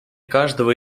каждого